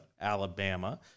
Alabama